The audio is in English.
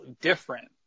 different